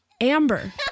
Amber